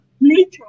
later